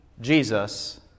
Jesus